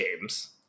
games